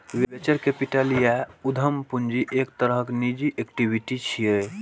venture capital या उद्यम पूंजी एक तरहक निजी इक्विटी छियै